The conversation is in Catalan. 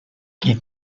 qui